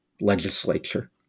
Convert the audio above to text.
legislature